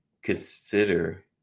consider